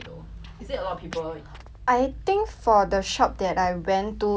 I think for the shop that I went to 还好 leh cause